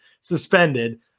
suspended